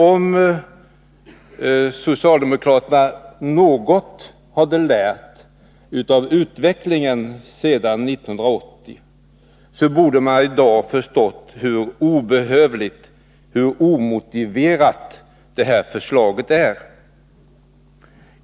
Om socialdemokraterna hade lärt något av utvecklingen sedan 1980, skulle de i dag ha förstått hur obehövligt och omotiverat detta förslag är.